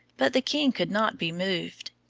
but the king could not be moved.